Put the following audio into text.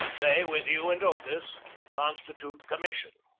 they with you and otis consti tute commission.